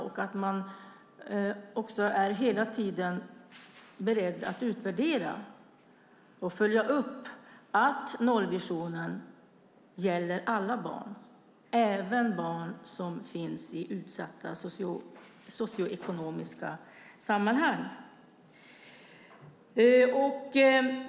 Dessutom ska man hela tiden vara beredd att utvärdera och följa upp att nollvisionen gäller alla barn, även barn i utsatta socioekonomiska sammanhang.